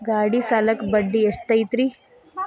ಗಾಡಿ ಸಾಲಕ್ಕ ಬಡ್ಡಿ ಎಷ್ಟೈತ್ರಿ?